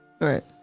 right